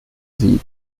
sieg